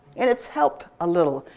and it's helped a little.